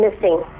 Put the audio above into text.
missing